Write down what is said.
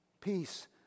peace